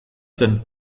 zen